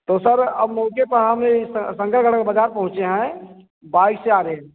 तो सर अब मौके पर हम शंकर गढ़ का बजार पहुँचे हैं बाइक से आ रहे हैं